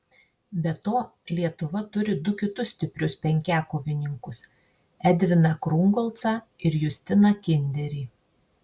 be to lietuva turi du kitus stiprius penkiakovininkus edviną krungolcą ir justiną kinderį